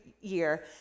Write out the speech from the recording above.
year